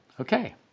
Okay